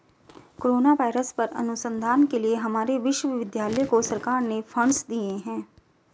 corona virus पर अनुसंधान के लिए हमारे विश्वविद्यालय को सरकार ने फंडस दिए हैं